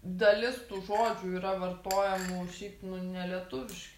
dalis tų žodžių yra vartojamų šiaip nu nelietuviški